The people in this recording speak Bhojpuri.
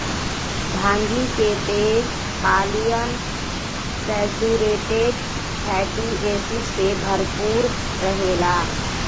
भांगी के तेल पालियन सैचुरेटेड फैटी एसिड से भरपूर रहेला